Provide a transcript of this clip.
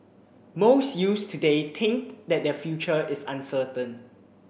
most youths today think that their future is uncertain